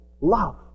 love